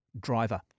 driver